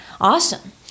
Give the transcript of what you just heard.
awesome